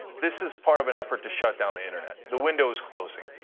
this is part of an effort to shut down the internet. the window is closing.